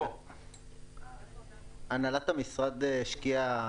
הנהלת המשרד השקיעה